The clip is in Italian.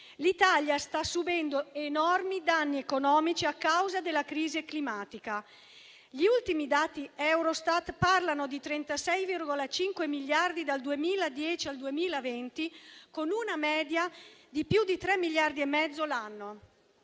L'Italia sta subendo enormi danni economici a causa della crisi climatica. Gli ultimi dati Eurostat parlano di 36,5 miliardi dal 2010 al 2020, con una media di oltre tre miliardi e